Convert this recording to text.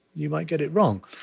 you might get it wrong.